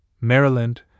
Maryland